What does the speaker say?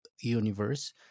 universe—